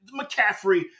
McCaffrey